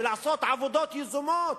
ולעשות עבודות יזומות.